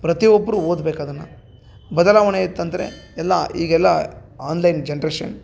ಪ್ರತಿ ಒಬ್ಬರು ಓದ್ಬೇಕದನ್ನ ಬದಲಾವಣೆ ಇತ್ತಂದರೆ ಎಲ್ಲ ಈಗೆಲ್ಲಾ ಆನ್ಲೈನ್ ಜನ್ರೇಶನ್